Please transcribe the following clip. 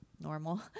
normal